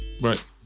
right